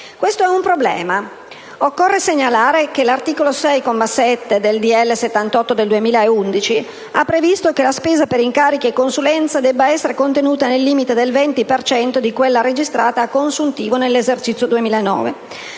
Questo è un problema: occorre segnalare che l'articolo 6, comma 7, del decreto-legge n. 78 del 2010 ha previsto che la spesa per incarichi e consulenze debba essere contenuta nel limite del 20 per cento di quella registrata a consuntivo nell'esercizio 2009.